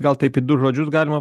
gal taip į du žodžius galima